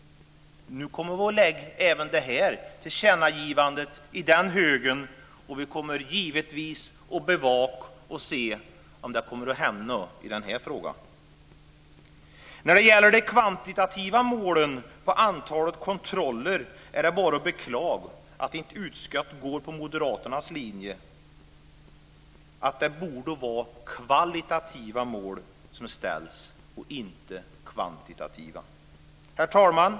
Nu kommer vi att lägga även detta tillkännagivande i högen, och vi kommer givetvis att bevaka och se om det kommer att hända något i den här frågan. När det gäller de kvantitativa målen om antalet kontroller är det bara att beklaga att inte utskottet går på moderaternas linje att det borde ställas kvalitativa mål och inte kvantitativa. Herr talman!